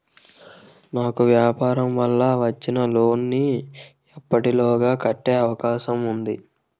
నాకు వ్యాపార వల్ల వచ్చిన లోన్ నీ ఎప్పటిలోగా కట్టే అవకాశం ఉంది?